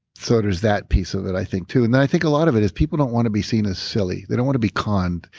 so there's that piece of it i think to. and i think a lot of it is, people don't want to be seen as silly they don't want to be conned.